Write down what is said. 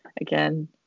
again